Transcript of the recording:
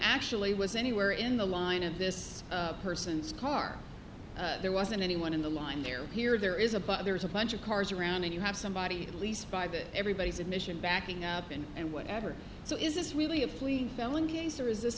actually was anywhere in the line of this person's car there wasn't anyone in the line there here there is a but there's a bunch of cars around and you have somebody at least five that everybody's admission backing up in and whatever so is this really a fleeing felon or is this